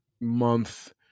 month